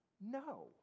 no